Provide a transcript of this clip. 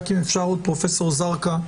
פרופ' זרקא,